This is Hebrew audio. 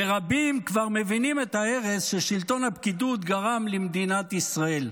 ורבים כבר מבינים את ההרס ששלטון הפקידות גרם למדינת ישראל.